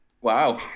Wow